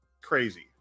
Crazy